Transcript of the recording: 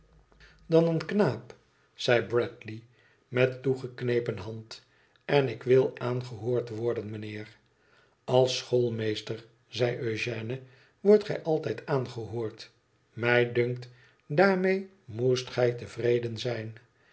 dan een knaap zei bradley met toegeknepea hand en ik wil aangehoord worden mijnheer f als schoolmeester zei eugène wordt gij altijd aangehoord mij dunkt daarmee moest gij tevreden zijn